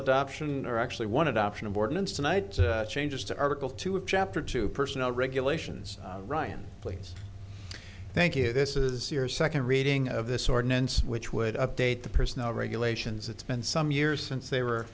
adoption or actually one adoption of ordinance tonight changes to article two of chapter two personal regulations ryan please thank you this is your second reading of this ordinance which would update the personal regulations it's been some years since they were